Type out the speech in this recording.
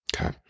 okay